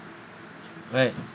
right